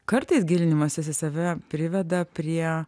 kartais gilinimasis į save priveda prie